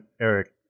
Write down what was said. Eric